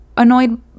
Annoyed